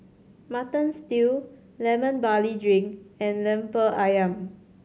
Mutton Stew Lemon Barley Drink and Lemper Ayam